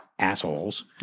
assholes